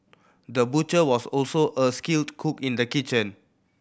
the butcher was also a skilled cook in the kitchen